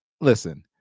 Listen